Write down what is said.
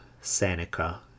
Seneca